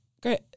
great